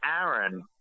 Aaron